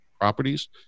properties